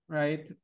right